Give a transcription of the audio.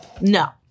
No